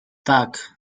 tak